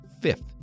fifth